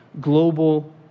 global